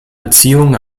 beziehungen